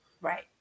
Right